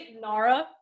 Nara